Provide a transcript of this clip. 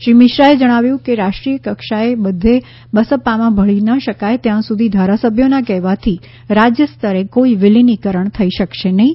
શ્રી મિશ્રાએ જણાવ્યું કે રાષ્ટ્રીયકક્ષાએ બઘે બસપામાં ભળી ન શકાય ત્યાં સુધી ધારાસભ્યોના કહેવાથી રાજ્ય સ્તરે કોઈ વિલીનીકરણ થઈ શકશે નહીં